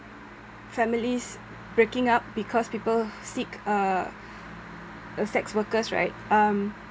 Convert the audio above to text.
families breaking up because people seek uh uh sex workers right um